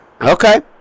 Okay